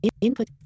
input